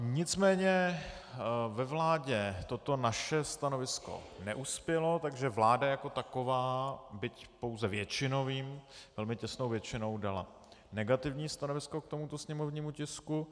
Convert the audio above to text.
Nicméně ve vládě toto naše stanovisko neuspělo, takže vláda jako taková byť pouze většinovým, velmi těsnou většinou dala negativní stanovisko k tomuto sněmovnímu tisku.